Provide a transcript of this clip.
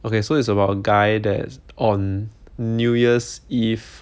okay so it's about a guy that on new year's eve